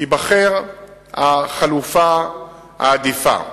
תיבחר החלופה העדיפה.